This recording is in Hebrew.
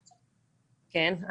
כן,